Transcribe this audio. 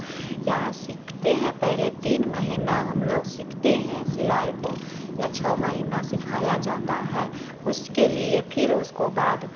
क्या सीखते हैं पहले तीन महीना हम लोग सीखते हैं सिलाई को या छः महीना सिखाया जाता है उसके लिए फिर उसके बाद